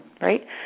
right